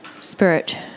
spirit